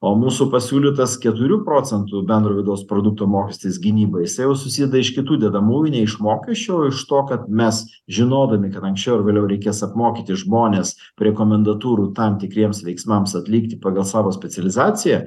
o mūsų pasiūlytas keturių procentų bendro vidaus produkto mokestis gynybai jisai jau susideda iš kitų dedamųjų ne iš mokesčių o iš to kad mes žinodami kad anksčiau ar vėliau reikės apmokyti žmones prie komendantūrų tam tikriems veiksmams atlikti pagal savo specializaciją